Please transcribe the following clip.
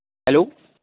hello